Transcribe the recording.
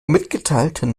mitgeteilten